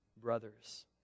brothers